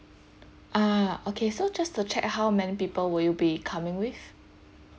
uh okay so just to check how many people will you be coming with